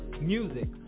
music